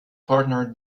partner